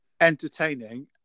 entertaining